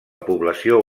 població